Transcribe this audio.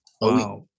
Wow